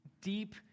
deep